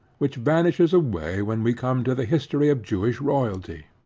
which vanishes away when we come to the history of jewish royalty.